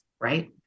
right